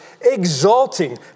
exalting